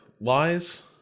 lies